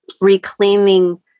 reclaiming